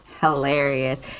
Hilarious